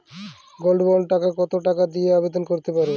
Gold bond কত টাকা দিয়ে আবেদন করতে পারবো?